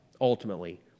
ultimately